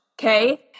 Okay